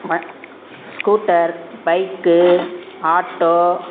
scooter bike auto